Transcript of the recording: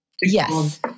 yes